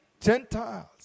Gentiles